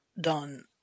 done